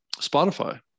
Spotify